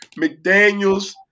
McDaniels